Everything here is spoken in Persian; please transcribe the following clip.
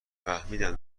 فهمیدم